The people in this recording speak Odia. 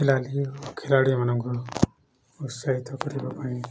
ଖେଳାଳି ଖେଳାଳିମାନଙ୍କୁ ଉତ୍ସାହିତ କରିବା ପାଇଁ